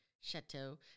chateau